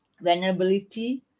vulnerability